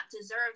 deserve